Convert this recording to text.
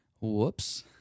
Whoops